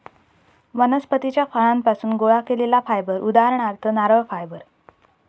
वनस्पतीच्या फळांपासुन गोळा केलेला फायबर उदाहरणार्थ नारळ फायबर